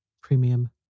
Premium